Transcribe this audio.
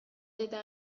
eta